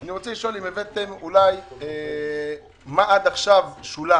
אני רוצה לשאול מה עד עכשיו שולם,